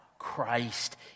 Christ